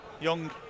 Young